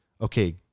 okay